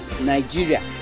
Nigeria